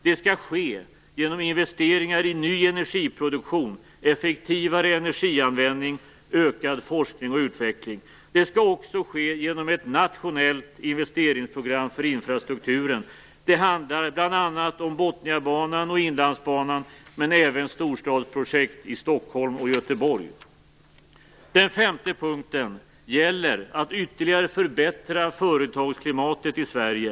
Det skall ske genom investeringar i ny energiproduktion, effektivare energianvändning, ökad forskning och utveckling. Det skall också ske genom ett nationellt investeringsprogram för infrastrukturen. Det handlar bl.a. om Botniabanan och Inlandsbanan, men även om storstadsprojekt i Stockholm och Göteborg. Den femte punkten gäller att ytterligare förbättra företagsklimatet i Sverige.